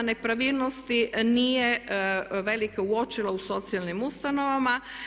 Nepravilnosti nije velike uočila u socijalnim ustanovama.